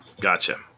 gotcha